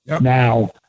Now